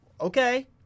okay